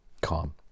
calm